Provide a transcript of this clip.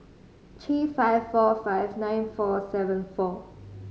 three five four five nine four seven four